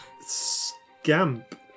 Scamp